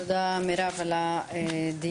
תודה, מירב, על הדיון.